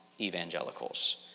evangelicals